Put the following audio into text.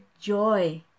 joy